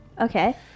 okay